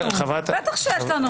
בטח שיש לנו.